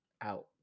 out